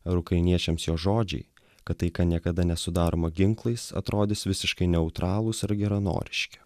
ar ukrainiečiams jo žodžiai kad taika niekada nesudaroma ginklais atrodys visiškai neutralūs ar geranoriški